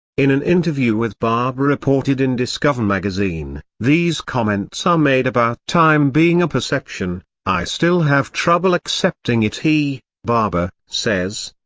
in an interview with barbour reported in discover magazine, these comments are made about time being a perception i still have trouble accepting it he says.